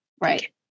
Right